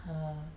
err